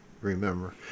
remember